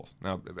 Now